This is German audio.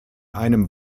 einem